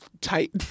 tight